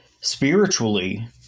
spiritually